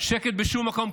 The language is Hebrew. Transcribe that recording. שקט בכל מקום,